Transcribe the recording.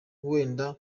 wenda